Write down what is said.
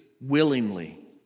willingly